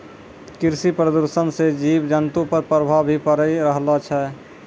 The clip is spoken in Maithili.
कृषि प्रदूषण से जीव जन्तु पर प्रभाव भी पड़ी रहलो छै